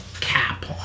cap